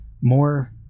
more